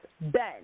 Ben